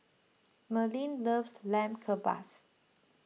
Merlyn loves Lamb Kebabs